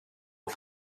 och